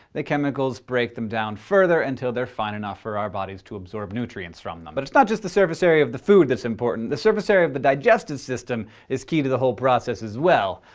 the chemicals break them down further until they're fine enough for our bodies to absorb nutrients from them. but it's not just the surface area of the food that's important, the surface area of the digestive system is key to the whole process as well.